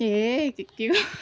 এই